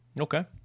Okay